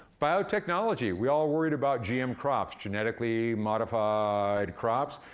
biotechnology we all worried about gm crops, genetically modified crops.